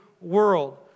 world